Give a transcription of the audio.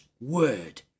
word